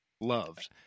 loved